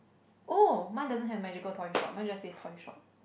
oh mine doesn't have magical toy shop mine just says toy shop